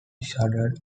shuddered